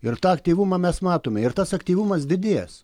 ir tą aktyvumą mes matome ir tas aktyvumas didės